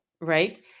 right